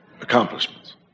accomplishments